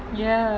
ya